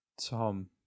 Tom